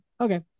Okay